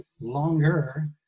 longer